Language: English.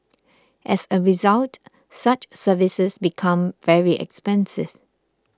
as a result such services become very expensive